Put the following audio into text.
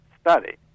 Study